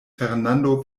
fernando